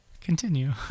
Continue